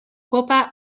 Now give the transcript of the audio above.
kopa